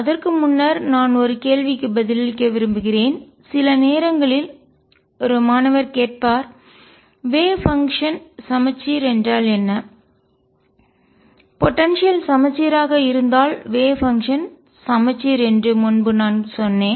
அதற்கு முன்னர் நான் ஒரு கேள்விக்கு பதிலளிக்க விரும்புகிறேன் சில நேரங்களில் ஒரு மாணவர் கேட்பார்வேவ் பங்ஷன் அலை செயல்பாடு சமச்சீர் என்றால் என்ன போடன்சியல் ஆற்றலையும் சமச்சீர் ஆக இருந்தால் வேவ் பங்ஷன் அலை செயல்பாடு சமச்சீர் என்று முன்பு நான் சொன்னேன்